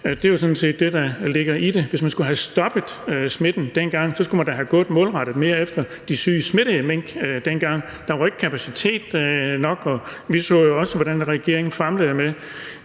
Det var sådan set det, der ligger i det. Hvis man skulle have stoppet smitten dengang, skulle man da have gået mere målrettet efter de syge, smittede mink. Der var ikke kapacitet nok, og vi så jo også, hvordan regeringen famlede med